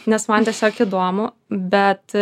nes man tiesiog įdomu bet